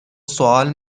سوال